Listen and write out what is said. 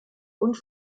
und